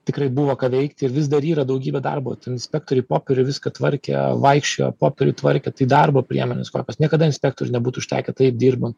tikrai buvo ką veikti ir vis dar yra daugybė darbo tai inspektoriai popieriai viską tvarkė vaikščiojo popierių tvarkė tai darbo priemonės kokios niekada inspektorių nebūtų užtekę taip dirbant